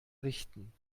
richten